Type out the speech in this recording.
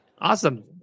Awesome